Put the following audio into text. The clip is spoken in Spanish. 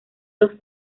dos